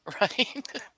Right